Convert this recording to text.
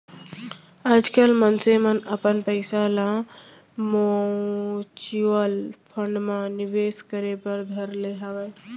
आजकल मनसे मन अपन पइसा ल म्युचुअल फंड म निवेस करे बर धर ले हवय